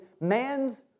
man's